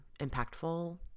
impactful